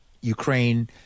Ukraine